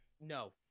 No